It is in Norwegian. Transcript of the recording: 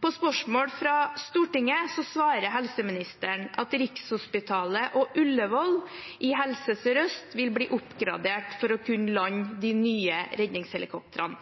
På spørsmål fra Stortinget svarer helseministeren at Rikshospitalet og Ullevål sykehus i Helse Sør-Øst vil bli oppgradert for å kunne lande de nye redningshelikoptrene.